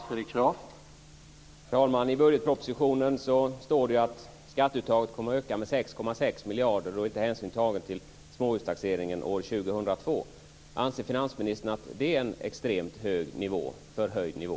Herr talman! I budgetpropositionen står det att skatteuttaget kommer att öka med 6,6 miljarder. Då är inte hänsyn tagen till småhustaxeringen år 2002. Anser finansministern att det är en extremt förhöjd nivå?